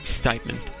statement